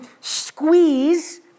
squeeze